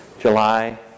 July